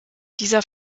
dieser